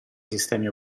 sistemi